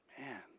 Man